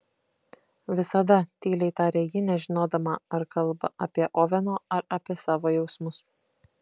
visada tyliai tarė ji nežinodama ar kalba apie oveno ar apie savo jausmus